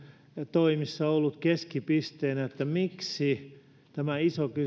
toimissa ollut keskipisteenä että miksi tämä iso kysymys